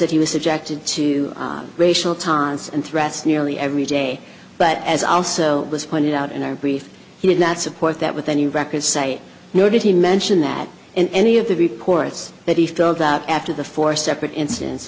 that he was subjected to racial taunts and threats nearly every day but as also was pointed out in our brief he did not support that with any records cite nor did he mention that in any of the reports that he dug out after the four separate inciden